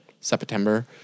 September